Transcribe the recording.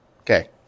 Okay